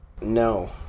No